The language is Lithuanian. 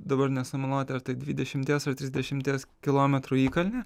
dabar nesumeluoti dvidešimties ar trisdešimties kilometrų įkalnė